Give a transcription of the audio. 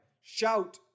shout